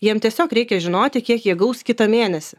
jiem tiesiog reikia žinoti kiek jie gaus kitą mėnesį